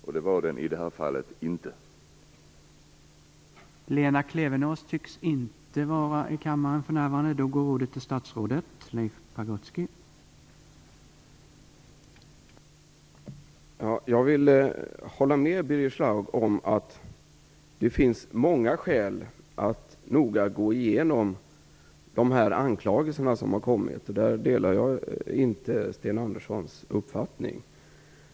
I det här fallet var den inte det.